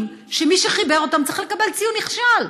שמי שחיבר אותם צריך לקבל ציון נכשל,